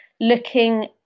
looking